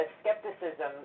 skepticism